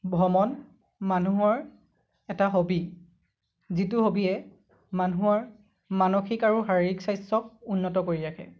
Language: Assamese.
ভ্ৰমণ মানুহৰ এটা হবী যিটো হবীয়ে মানুহৰ মানসিক আৰু শাৰীৰিক স্বাস্থ্যক উন্নত কৰি ৰাখে